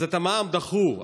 אז את המע"מ דחו,